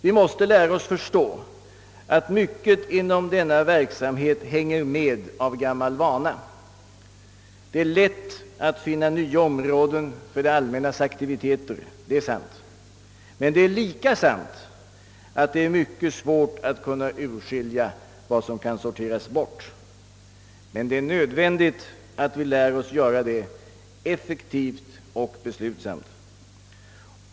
Vi måste lära oss att förstå att mycket inom denna verksamhet hänger med av gammal vana. Det är lätt att finna nya områden för det allmännas aktiviteter, det är sant. Men det är lika sant att det är mycket svårt att kunna urskilja vad som kan sorteras bort. Men det är nödvändigt att vi lär oss att göra det effektivt och beslutsamt.